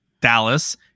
Dallas